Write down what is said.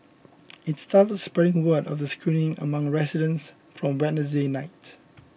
it started spreading word of the screening among residents from Wednesday night